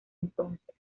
entonces